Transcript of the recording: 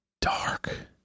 dark